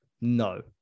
No